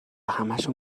همشو